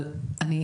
אבל תגיד אוהד,